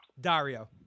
Dario